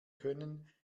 können